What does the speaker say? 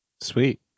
Sweet